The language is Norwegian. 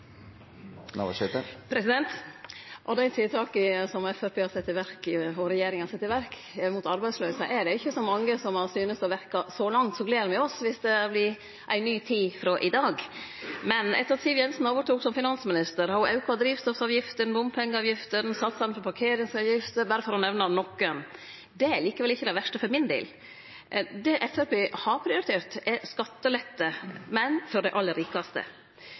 som Framstegspartiet og regjeringa har sett i verk mot arbeidsløyse, er det ikkje så mange som synest å ha verka så langt – så gler me oss dersom det vert ei ny tid frå i dag. Men etter at Siv Jensen overtok som finansminister, har ho auka drivstoffavgiftene, bompengeavgiftene og satsane for parkeringsavgifter – berre for å nemne nokre. Det er likevel ikkje det verste for min del. Det Framstegspartiet har prioritert, er skattelette, men for dei aller rikaste